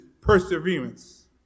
perseverance